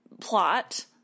plot